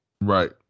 Right